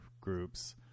groups